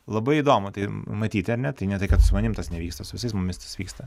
labai įdomu tai matyti ar ne tai ne tai kad su manim tas nevyksta su visais mumis tas vyksta